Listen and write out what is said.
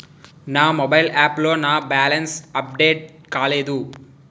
నా mobile app లో నా బ్యాలెన్స్ అప్డేట్ కాలేదు